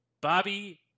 Bobby